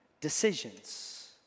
decisions